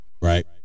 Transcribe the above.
Right